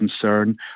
concern